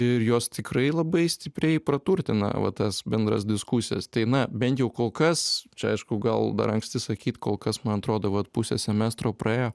ir jos tikrai labai stipriai praturtina va tas bendras diskusijas tai na bent jau kol kas čia aišku gal dar anksti sakyt kol kas man atrodo vat pusė semestro praėjo